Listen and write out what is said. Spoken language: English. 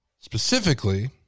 specifically